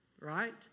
Right